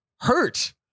Hurt